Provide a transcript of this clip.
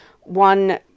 One